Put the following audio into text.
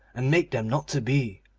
and make them not to be.